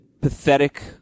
pathetic